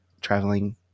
traveling